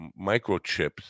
microchips